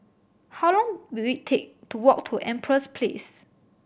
how long will it take to walk to Empress Place